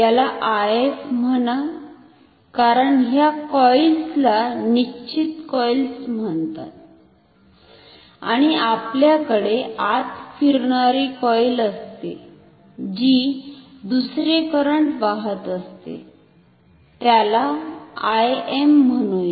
याला If म्हणा कारण ह्या कॉइल्स ला निश्चित कॉइल्स म्हणतात आणि आपल्याकडे आत फिरणारी कॉईल असते जी दुसरे करंट वाहत असते त्याला Im म्हणूया